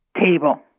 Table